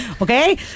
okay